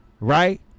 right